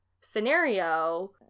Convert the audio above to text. scenario